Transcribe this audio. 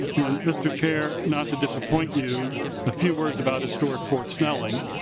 and mr. chair not to disappoint you a few words about historic fort snelling.